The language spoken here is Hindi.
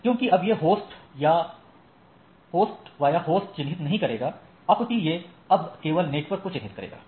क्योंकि अब यह होस्ट बा होस्ट चिन्हित नहीं करेगा अपितु यह अब केवल नेटवर्क को चिन्हित करेगा